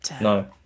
no